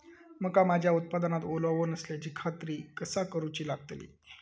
मका माझ्या उत्पादनात ओलावो नसल्याची खात्री कसा करुची लागतली?